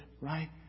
Right